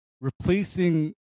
replacing